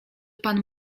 pan